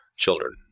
Children